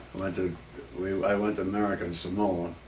went to i went to american samoa.